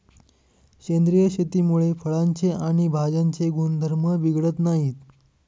सेंद्रिय शेतीमुळे फळांचे आणि भाज्यांचे गुणधर्म बिघडत नाहीत